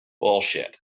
Bullshit